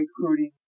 recruiting